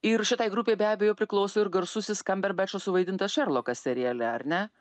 ir šitai grupei be abejo priklauso ir garsusis kamberbečo suvaidintas šerlokas seriale ar ne